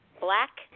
black